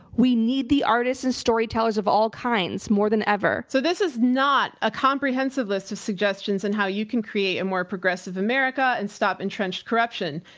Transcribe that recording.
we need the artists and storytellers of all kinds more than ever. so this is not a comprehensive list of suggestions of and how you can create a more progressive america and stop entrenched corruption.